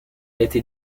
été